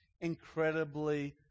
incredibly